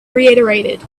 reiterated